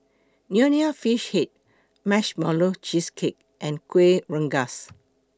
Nonya Fish Head Marshmallow Cheesecake and Kuih Rengas